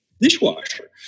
Dishwasher